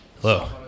Hello